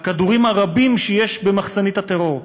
הכדורים הרבים שיש במחסנית הטרור.